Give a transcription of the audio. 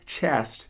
chest